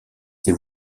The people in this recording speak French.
ses